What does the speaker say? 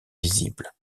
visible